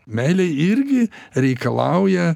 meilė irgi reikalauja